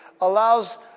allows